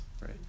right